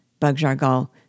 Bugjargal